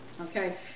Okay